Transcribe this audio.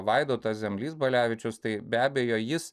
vaidotas zemlys balevičius tai be abejo jis